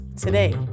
today